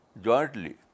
jointly